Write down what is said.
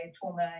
former